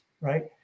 right